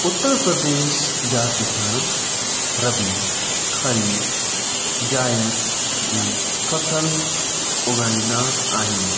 उत्तर प्रदेश जा किसान रबी खरीफ़ु जायद जी फ़सल उॻाईंदा आहिनि